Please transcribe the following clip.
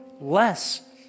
less